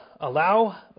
allow